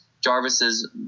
Jarvis's